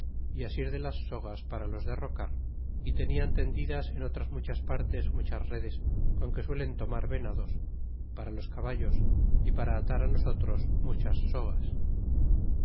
y asir de las sogas para los derrocar y tenian tendidas en otras muchas partes muchas redes con que suelen tomar venados para los caballos y para atar nosotros muchas sogas